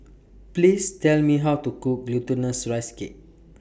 Please Tell Me How to Cook Glutinous Rice Cake